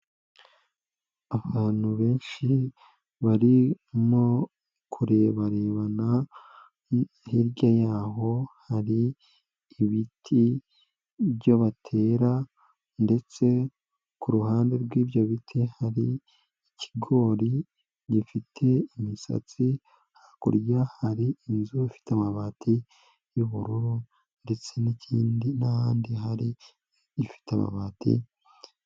Abantu benshi barimo kurebarebana, hirya y'aho hari ibiti byo batera ndetse ku ruhande rw'ibyo biti hari ikigori gifite imisatsi, hakurya hari inzu ifite amabati y'ubururu ndetse n'ikindi n'ahandi hari igifite amabati.